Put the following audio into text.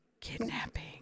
kidnapping